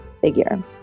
figure